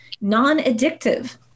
non-addictive